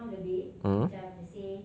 mmhmm